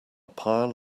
pile